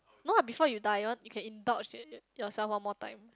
no lah before you die you want you can indulge in yourself one more time